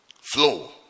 Flow